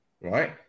right